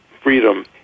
Freedom